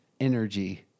energy